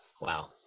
wow